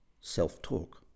self-talk